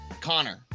Connor